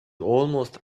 almost